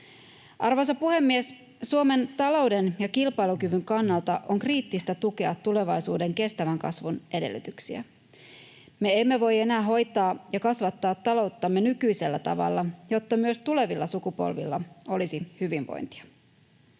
Arvoisa puhemies! Suomen talouden ja kilpailukyvyn kannalta on kriittistä tukea tulevaisuuden kestävän kasvun edellytyksiä. Me emme voi enää hoitaa ja kasvattaa talouttamme nykyisellä tavalla, jotta myös tulevilla sukupolvilla olisi hyvinvointia.